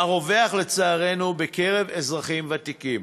הרווח לצערנו בקרב אזרחים ותיקים.